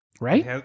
right